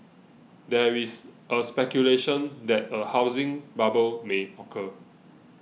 there is speculation that a housing bubble may occur